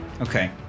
Okay